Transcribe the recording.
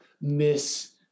miss